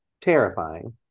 terrifying